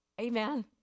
Amen